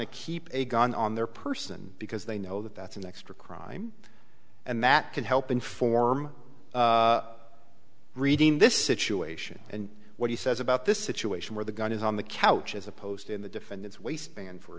to keep a gun on their person because they know that that's an extra crime and that can help inform reading this situation and what he says about this situation where the gun is on the couch as opposed to in the defendant's waistband for